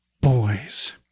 boys